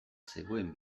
zegoen